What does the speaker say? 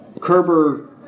Kerber